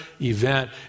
event